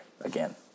again